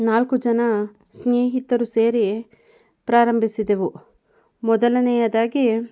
ನಾಲ್ಕು ಜನ ಸ್ನೇಹಿತರು ಸೇರಿ ಪ್ರಾರಂಭಿಸಿದೆವು ಮೊದಲನೆಯದಾಗಿ